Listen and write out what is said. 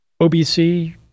OBC